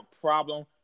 problem